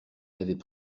avait